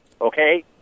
okay